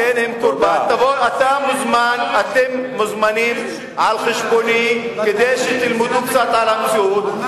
אתם מוזמנים על חשבוני כדי שתלמדו קצת על המציאות.